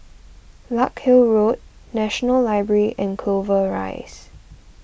Larkhill Road National Library and Clover Rise